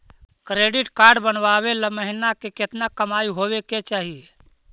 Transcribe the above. Credit card बनबाबे ल महीना के केतना कमाइ होबे के चाही?